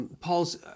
Paul's